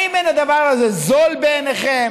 האם אין הדבר הזה זול בעיניכם?